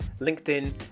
LinkedIn